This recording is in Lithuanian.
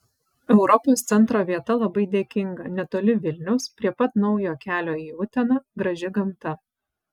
europos centro vieta labai dėkinga netoli vilniaus prie pat naujo kelio į uteną graži gamta